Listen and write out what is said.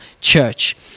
church